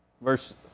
verse